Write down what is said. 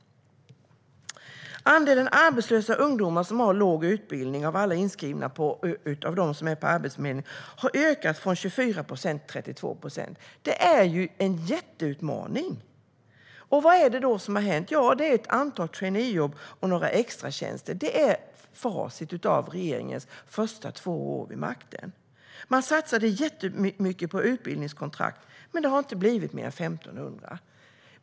Av alla dem som är inskrivna hos Arbetsförmedlingen har andelen arbetslösa ungdomar med låg utbildning ökat från 24 procent till 32 procent. Det är en jätteutmaning. Vad är det då som har hänt? Jo, det är ett antal traineejobb och några extratjänster. Det är facit av regeringens första två år vid makten. Man satsade jättemycket på utbildningskontrakt, men det har inte blivit mer än 1 500.